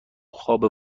خواب